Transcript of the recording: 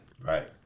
Right